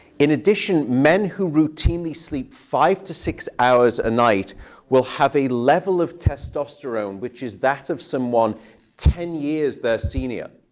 in addition, men who routinely sleep five to six hours a night will have a level of testosterone which is that of someone ten years their senior.